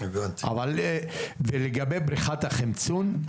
לגבי בריכת החמצון,